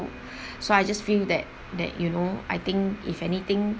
so I just feel that that you know I think if anything